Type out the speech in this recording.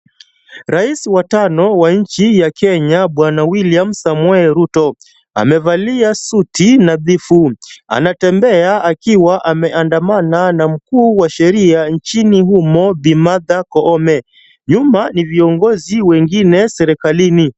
Rais wa tano wa nchi ya Kenya Bwana William Ruto amevalia suti nadhifu. Anatembea akiwa ameandamana na mkuu wa sheria nchini humo Bi. Martha Koome. Nyuma ni viongozi wengine serikalini.